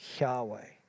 Yahweh